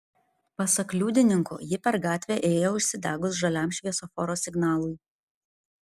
pasak liudininkų ji per gatvę ėjo užsidegus žaliam šviesoforo signalui